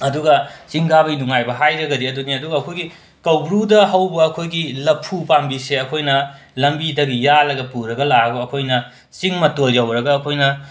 ꯑꯗꯨꯒ ꯆꯤꯡ ꯀꯥꯕꯒꯤ ꯅꯨꯡꯉꯥꯏꯕ ꯍꯥꯏꯔꯒꯗꯤ ꯑꯗꯨꯅꯤ ꯑꯗꯨꯒ ꯑꯩꯈꯣꯏꯒꯤ ꯀꯧꯕ꯭ꯔꯨꯗ ꯍꯧꯕ ꯑꯩꯈꯣꯏꯒꯤ ꯂꯐꯨ ꯄꯥꯝꯕꯤꯁꯦ ꯑꯩꯈꯣꯏꯅ ꯂꯝꯕꯤꯗꯒꯤ ꯌꯥꯜꯂꯒ ꯄꯨꯔꯒ ꯂꯥꯛꯑꯒ ꯑꯩꯈꯣꯏꯅ ꯆꯤꯡ ꯃꯇꯣꯜ ꯌꯧꯔꯒ ꯑꯩꯈꯣꯏꯅ